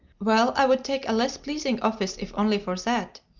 well, i would take a less pleasing office if only for that.